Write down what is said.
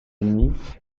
ennemis